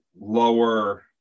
lower